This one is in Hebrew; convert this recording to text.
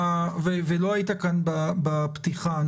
לא היית כאן בפתיחת הדיון.